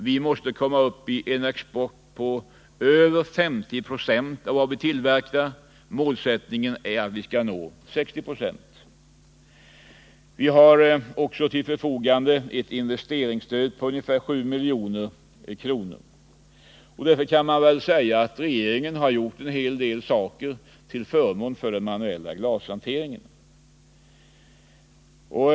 Vi måste komma upp i en export på över 50 96 av vad vi tillverkar. Målsättningen är att nå 60 90. Vidare står till branschens förfogande ett investeringsstöd på ungefär 7 milj.kr. Därför vill jag slå fast att regeringen har gjort en hel del till förmån för den manuella glashanteringen.